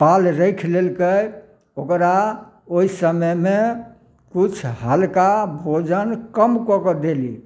पाल रखि लेलकै ओकरा ओहि समयमे किछु हल्का भोजन कम कऽ कऽ देली